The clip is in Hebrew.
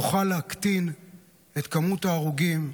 נוכל להקטין את מספר ההרוגים,